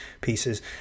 pieces